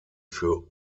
für